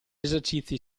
esercizi